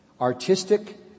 Artistic